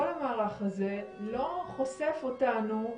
כל המערך הזה לא חושף אותנו,